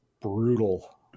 brutal